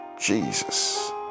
Jesus